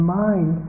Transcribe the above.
mind